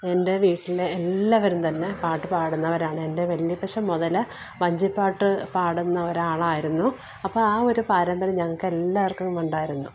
എന്റെ വീട്ടിൽ എല്ലാവരും തന്നെ പാട്ടു പാടുന്നവരാണ് എന്റെ വല്യപ്പച്ചന് മുതൽ വഞ്ചിപ്പാട്ട് പാടുന്ന ഒരാളായിരുന്നു അപ്പോൾ ആ ഒരു പാരമ്പര്യം ഞങ്ങള്ക്കെല്ലാവര്ക്കും ഉണ്ടായിരുന്നു